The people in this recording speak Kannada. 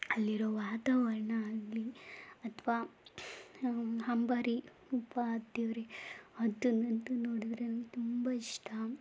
ಅಲ್ಲಿರೋ ವಾತಾವರಣ ಆಗಲಿ ಅಥವಾ ಅಂಬಾರಿ ಅಬ್ಬಾ ದೇವರೇ ಅದನ್ನಂತೂ ನೋಡಿದರೆ ನನ್ಗೆ ತುಂಬ ಇಷ್ಟ